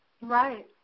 Right